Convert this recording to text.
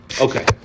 Okay